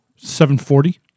740